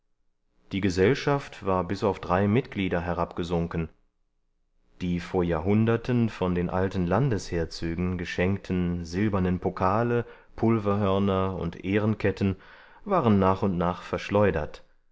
die gesellschaft war bis auf drei mitglieder herabgesunken die vor jahrhunderten von den alten landesherzögen geschenkten silbernen pokale pulverhörner und ehrenketten waren nach und nach verschleudert